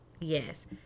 yes